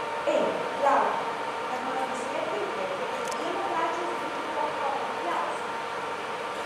ei pliauga kad man visoje pirkioje prie kiekvieno pečiaus būtų po kalną pliauskų